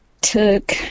took